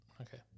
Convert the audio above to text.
Okay